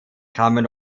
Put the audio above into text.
kamen